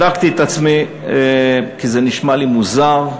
בדקתי את עצמי, כי זה נשמע לי מוזר,